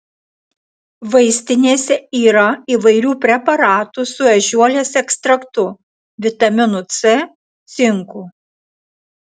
vaistinėse yra įvairių preparatų su ežiuolės ekstraktu vitaminu c cinku